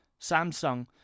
Samsung